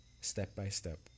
step-by-step